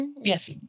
Yes